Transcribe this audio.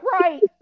right